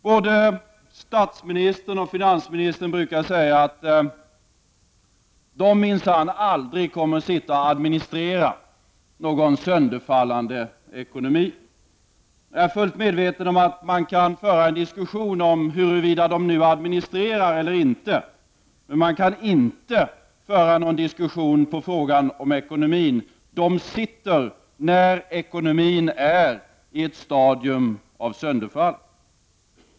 Både statsministern och finansministern brukar säga att de minsann aldrig kommer att sitta och administrera en sönderfallande ekonomi. Jag är fullt medveten om att man kan föra en diskussion om huruvida de administrerar eller inte, men man kan inte föra någon diskussion om ekonomin. De sitter när ekonomin är i ett stadium av sönderfall.